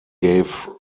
gave